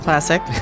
Classic